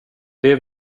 det